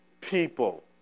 people